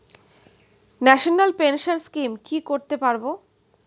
National pension scheme কি করে করতে পারব?